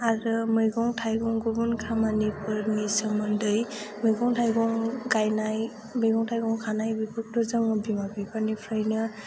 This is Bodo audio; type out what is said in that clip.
आरो मैगं थाइगं गुबुन खामानिफोरनि सोमोन्दै मैगं थाइगं गायनाय मैगं थाइगं खानाय बेफोरखौ जों बिमा बिफानिफ्रायनो